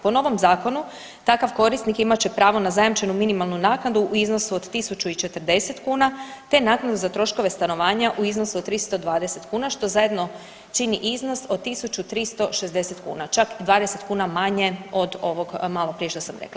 Po novom zakonu takav korisnik imat će pravo na zajamčenu minimalnu naknadu u iznosu od 1.040 kuna, te naknadu za troškove stanovanja u iznosu od 320 kuna, što zajedno čini iznos od 1.360 kuna, čak 20 kuna manje od ovog maloprije što sam rekla.